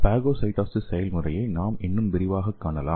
phagocytosis செயல்முறையை நாம் இன்னும் விரிவாகக் காணலாம்